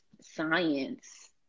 science